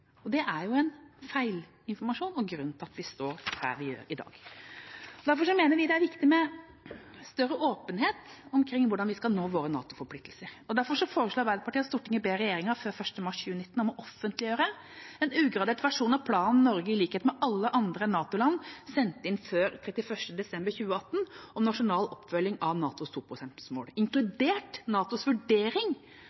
Det er feilinformasjon og grunnen til at vi står her i dag. Derfor mener vi det er viktig med større åpenhet om hvordan vi skal nå våre NATO-forpliktelser. Og derfor foreslår Arbeiderpartiet: «Stortinget ber regjeringen før 1. mars 2019 offentliggjøre en ugradert versjon av planen Norge i likhet med øvrige NATO-land sendte inn før 31. desember 2018 om nasjonal oppfølging av NATOs toprosentmål,